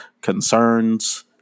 concerns